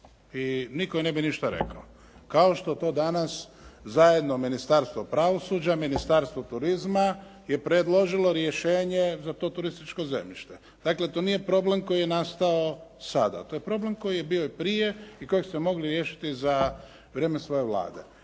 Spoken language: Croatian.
i nitko joj ne bi ništa rekao kao što to danas zajedno Ministarstvo pravosuđa, Ministarstvo turizma je predložilo rješenje za to turističko zemljište. Dakle to nije problem koji je nastao sada. To je problem koji je bio i prije i kojeg ste mogli riješiti za vrijeme svoje Vlade.